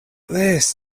this